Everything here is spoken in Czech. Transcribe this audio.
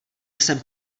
jsem